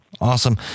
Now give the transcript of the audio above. Awesome